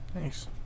Thanks